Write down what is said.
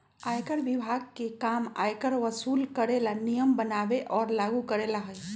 आयकर विभाग के काम आयकर वसूल करे ला नियम बनावे और लागू करेला हई